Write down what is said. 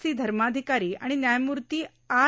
C Dharmadhikari आणि न्यायमूर्ती R